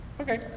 Okay